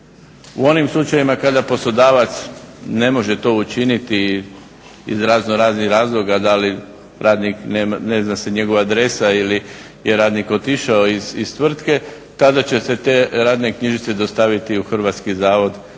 U onim slučajevima kada poslodavac ne može to učiniti iz raznoraznih razloga, da li radnik ne zna se njegova adresa ili je radnik otišao iz tvrtke, tada će se te radne knjižice dostaviti u HZMO jer